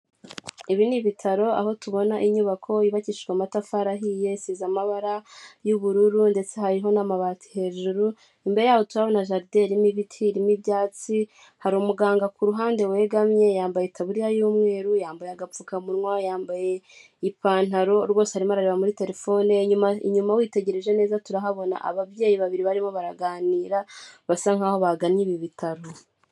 Ibi n'ibitaro aho tubona inyubako yubakishijwe amatafari ahiye, isize amabara y'ubururu ndetse hariho n'amabati hejuru, imbere yaho turahabona jaride irimo ibiti, irimo ibyatsi, hari umuganga k'uruhande wegamye yambaye ikaburiya y'umweru, yambaye agapfukamunwa, yambaye ipantaro, rwose arimo arareba muri terefone, inyuma witegereje neza turahabona ababyeyi babiri barimo baraganira basa nkaho bagannye ibi bitaro.